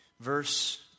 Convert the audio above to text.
Verse